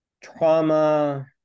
trauma